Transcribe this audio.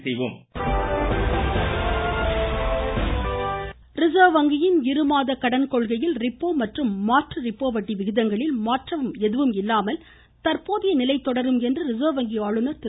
பிசர்வ் வங்கி ரிசர்வ் வங்கியின் இருமாத கடன் கொள்கையில் ரிப்போ மற்றும் மாற்று ரிப்போ வட்டி விகிதங்களில் மாற்றம் எதுவும் இல்லாமல் தற்போதையை நிலை தொடரும் என்று ரிசர்வ் வங்கி ஆளுநர் திரு